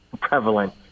prevalent